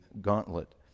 gauntlet